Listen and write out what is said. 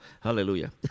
hallelujah